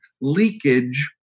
leakage